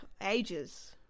ages